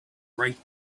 bright